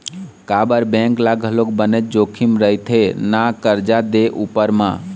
काबर बेंक ल घलोक बनेच जोखिम रहिथे ना करजा दे उपर म